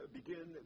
begin